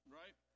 right